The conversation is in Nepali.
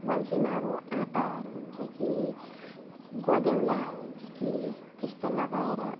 बल्छीमा अब आँटाहरू हुन्छ कि गँनेउला हुन्छ कि त्यस्तो लगाएर